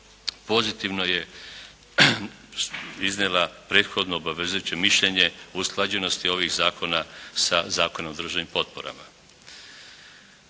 pozitivno je iznijela prethodno obavezujuće mišljenje o usklađenosti ovih zakona sa Zakonom o državnim potporama.